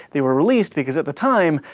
they were released because at the time,